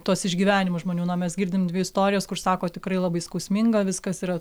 tuos išgyvenimus žmonių na mes girdim dvi istorijos kur sako tikrai labai skausminga viskas yra